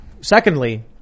Secondly